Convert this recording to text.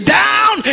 down